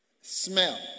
Smell